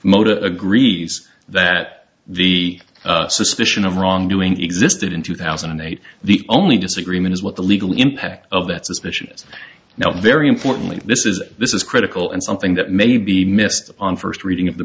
mota agrees that the suspicion of wrongdoing existed in two thousand and eight the only disagreement is what the legal impact of that suspicion is now very importantly this is this is critical and something that may be missed on first reading of the